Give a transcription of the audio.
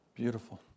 Beautiful